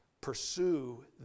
Pursue